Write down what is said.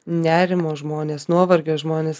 nerimo žmonės nuovargio žmonės